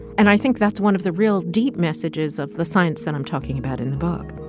and i think that's one of the real deep messages of the science that i'm talking about in the book